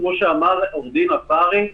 כפי שאמר עו"ד עפארי,